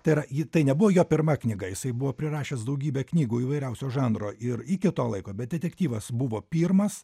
tai yra tai nebuvo jo pirma knyga jisai buvo prirašęs daugybę knygų įvairiausio žanro ir iki to laiko bet detektyvas buvo pirmas